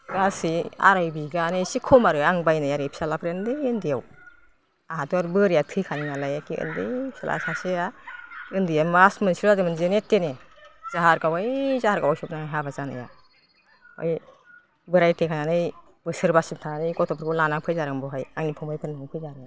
गासै आराय बिगानि एसे खम आरो आं बायनाय ओरै फिसालाफोर उन्दै उन्दैयाव आंहाथ' आरो बोराइया थैखानाय नालाय एक्के उन्दै फिसाला सासेया उन्दैया मास मोनसेल' जादोंमोन जेने थेने जाहारगाव ओय जाहारगावआवसो हाबा जानाया ओय बोराइ थैखांनानै बोसोरबासो थानानै गथ'फोरखौ लानानै फैदों आरो आं बावहाय आंनि फंबाइफोरनि न'आव फैदों आङो